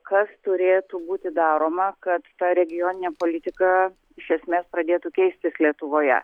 kas turėtų būti daroma kad ta regioninė politika iš esmės pradėtų keistis lietuvoje